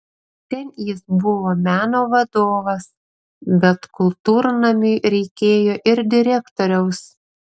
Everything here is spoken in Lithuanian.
ten jis buvo meno vadovas bet kultūrnamiui reikėjo ir direktoriaus